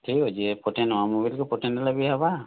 ଠିକ୍ ଅଛେ ଏ ପଠେଇ ନେମା ମୋବାଇଲ୍କେ ପଠେଇ ନେଲେ ବି ହେବା